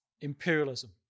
imperialism